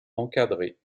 encadré